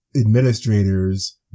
administrators